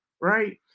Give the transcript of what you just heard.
right